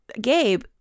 Gabe